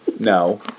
No